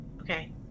Okay